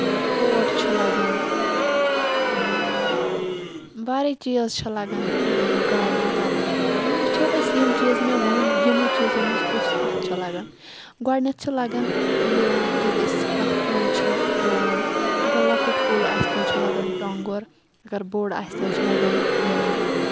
کوٹ چھُ لَگان واریاہ چیٖز چھِ لَگان گاڑنِنگ کرنَس دوران وۄنۍ وٕچھو أسۍ یِم چیٖز مےٚ ؤنۍ یِمو چیٖزو منٛز کَتھ کُس چیٖز چھُ لَگان گۄڈٕنیتھ چھُ لَگان لِوَن ییٚلہِ أسۍ کانہہ کُل چھُ رُوان اَگر لۄکُٹ آسہِ تیٚلہِ چھُ لگان ٹونگُر اَگر بوٚڑ آسہِ تیٚلہِ چھُ لَگان لِوَن